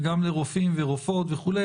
וגם לרופאים ורופאות וכולי.